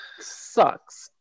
sucks